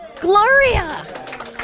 Gloria